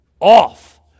off